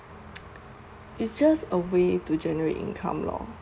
it's just a way to generate income lor